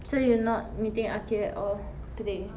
so you not meeting aqil at all today